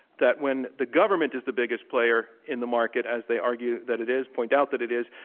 that when the government is the biggest player in the market, as they argue that it is, point out that it is,